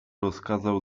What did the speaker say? rozkazał